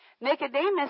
Nicodemus